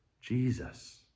Jesus